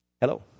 Hello